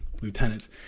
lieutenants